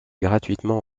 gratuitement